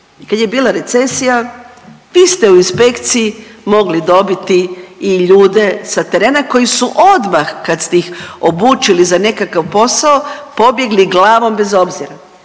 Kad je bila recesija vi ste u inspekciji mogli dobiti i ljude sa terena koji su odmah kad ste ih obučili za nekakav posao pobjegli glavom bez obzira.